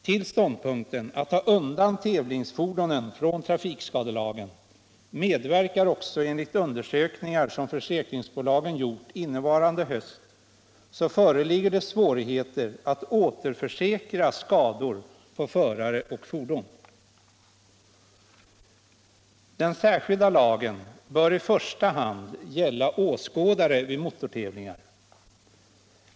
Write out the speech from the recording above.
Till ståndpunkten att ta undan tävlingsfordonen från trafikskadelagen | medverkar också att enligt undersökningar som försäkringsbolagen gjort | innevarande höst svårigheter föreligger att återförsäkra skador på förare och fordon. Den särskilda lagen bör i första hand gälla åskådare vid motortävlingar.